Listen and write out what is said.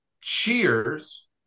cheers